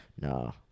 no